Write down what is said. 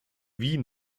wie